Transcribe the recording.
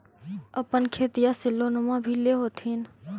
अपने खेतिया ले लोनमा भी ले होत्थिन?